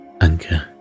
anchor